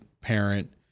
parent